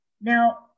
Now